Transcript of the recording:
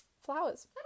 Flowers